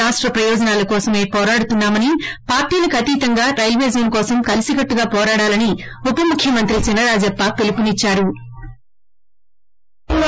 రాష్ట్ ప్రయోజనాల కోసమే పోరాడుతున్నా మనిపార్టీలకు అతీతంగా రైల్వే జోన్ కోసం కలిసికోట్లుగా పోరాడాలని ఉపముఖ్యమంత్రి చినరాజప్ప పిలుపునిచ్చారు